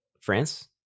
France